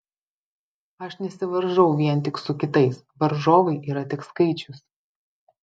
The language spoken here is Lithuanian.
aš nesivaržau vien tik su kitais varžovai yra tik skaičius